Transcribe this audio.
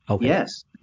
Yes